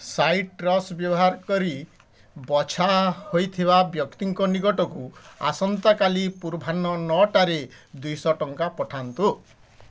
citrus ବ୍ୟବହାର କରି ବଛା ହୋଇଥିବା ବ୍ୟକ୍ତିଙ୍କ ନିକଟକୁ ଆସନ୍ତାକାଲି ପୂର୍ବାହ୍ନ ନଅଟାରେ ଦୁଇଶହ ଟଙ୍କା ପଠାନ୍ତୁ